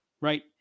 right